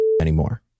anymore